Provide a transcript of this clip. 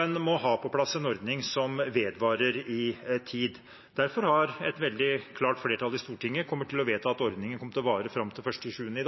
en må ha på plass en ordning som vedvarer i tid. Derfor kommer et veldig klart flertall i Stortinget i dag til å vedta at ordningen kommer til å vare fram til 1. juli,